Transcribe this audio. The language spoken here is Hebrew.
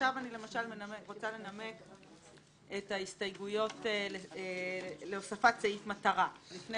עכשיו למשל אני רוצה לנמק את ההסתייגויות להוספת סעיף מטרה לפני